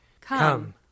Come